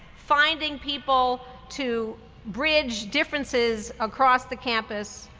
finding people to bridge differences across the campus,